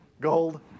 Gold